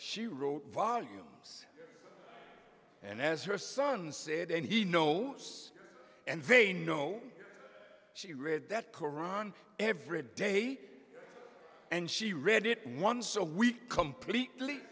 she wrote volumes and as her son said and he knows and they know she read that koran every day and she read it once a week completely